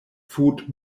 food